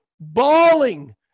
bawling